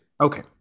Okay